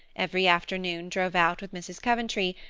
every afternoon drove out with mrs. coventry,